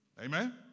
Amen